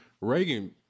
Reagan